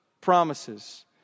promises